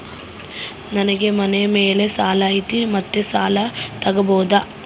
ನನಗೆ ಮನೆ ಮೇಲೆ ಸಾಲ ಐತಿ ಮತ್ತೆ ಸಾಲ ತಗಬೋದ?